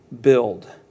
build